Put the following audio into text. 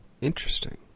Interesting